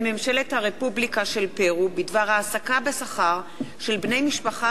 ממשלת הרפובליקה של פרו בדבר העסקה בשכר של בני משפחה